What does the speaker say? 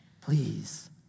Please